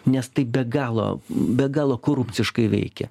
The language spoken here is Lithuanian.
nes tai be galo be galo korupciškai veikia